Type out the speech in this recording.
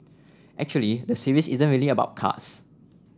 actually the series isn't really about cards